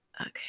Okay